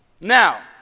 Now